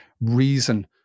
reason